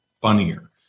funnier